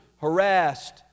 Harassed